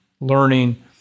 learning